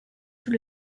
sous